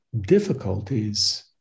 difficulties